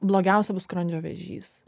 blogiausia bus skrandžio vėžys